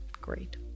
great